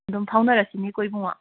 ꯑꯗꯨꯝ ꯐꯥꯎꯅꯔꯁꯤꯅꯦꯀꯣ ꯏꯕꯨꯡꯉꯣ